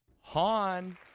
Han